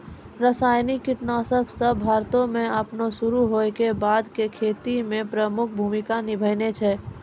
रसायनिक कीटनाशक सभ भारतो मे अपनो शुरू होय के बादे से खेती मे प्रमुख भूमिका निभैने छै